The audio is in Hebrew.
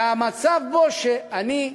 והמצב שבו אני,